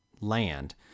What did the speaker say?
land